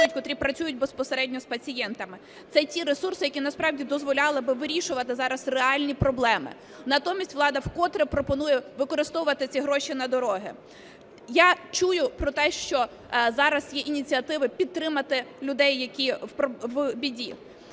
котрі працюють безпосередньо з пацієнтами. Це ті ресурси, які насправді дозволяли б вирішувати зараз реальні проблеми. Натомість влада вкотре пропонує використовувати ці гроші на дороги. Я чую про те, що зараз є ініціативи підтримати людей, які в біді.